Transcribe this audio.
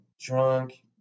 drunk